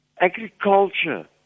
agriculture